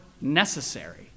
necessary